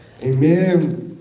Amen